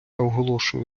оголошую